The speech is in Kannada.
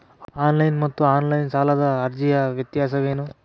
ಆನ್ಲೈನ್ ಮತ್ತು ಆಫ್ಲೈನ್ ಸಾಲದ ಅರ್ಜಿಯ ವ್ಯತ್ಯಾಸ ಏನು?